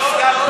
לא הסכמנו.